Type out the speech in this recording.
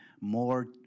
more